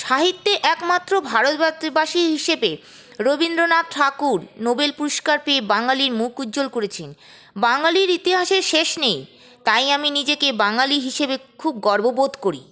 সাহিত্যে একমাত্র ভারত বাসী হিসেবে রবীন্দ্রনাথ ঠাকুর নোবেল পুরস্কার পেয়ে বাঙালির মুখ উজ্বল করেছেন বাঙালির ইতিহাসের শেষ নেই তাই আমি নিজেকে বাঙালি হিসেবে খুব গর্ব বোধ করি